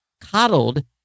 coddled